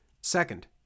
Second